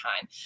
time